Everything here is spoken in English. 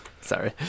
Sorry